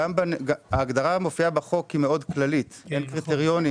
ההגדרה המופיעה בחוק היא מאוד כללית; אין קריטריונים